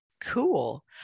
Cool